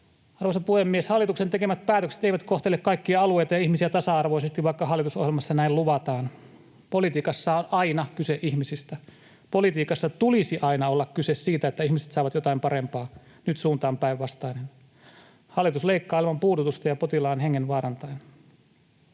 Arvoisa puhemies! Hallituksen tekemät päätökset eivät kohtele kaikkia alueita ja ihmisiä tasa-arvoisesti, vaikka hallitusohjelmassa näin luvataan. Politiikassa on aina kyse ihmisistä. Politiikassa tulisi aina olla kyse siitä, että ihmiset saavat jotain parempaa. Nyt suunta on päinvastainen. Hallitus leikkaa ilman puudutusta ja potilaan hengen vaarantaen.